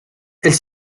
elle